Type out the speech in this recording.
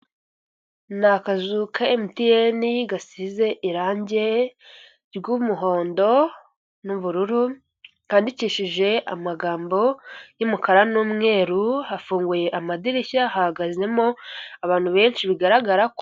Ni akazuka emutiyeni gasize irangi ry'umuhondo n'ubururu, kandidikishije amagambo y'umukara n'umweru hafunguye amadirishya, hahagazemo abantu benshi bigaragara ko.